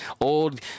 old